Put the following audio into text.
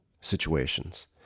situations